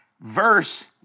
verse